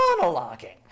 monologuing